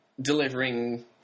delivering